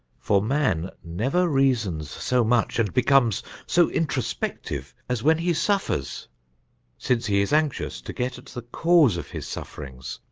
for man never reasons so much and becomes so introspective as when he suffers since he is anxious to get at the cause of his suffer ings,